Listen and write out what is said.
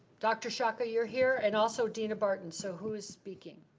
dr. shaka, you're here and also deana barton, so who is speaking?